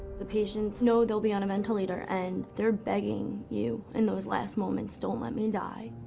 the patients know they'll be on a ventilator, and they're begging you in those last moments, don't let me die.